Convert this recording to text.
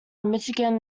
michigan